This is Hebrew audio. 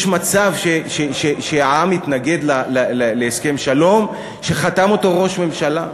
יש מצב שהעם יתנגד להסכם שלום שחתם אותו ראש ממשלה?